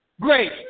Great